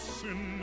sin